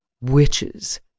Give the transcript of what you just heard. Witches